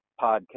podcast